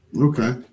Okay